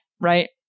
right